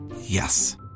Yes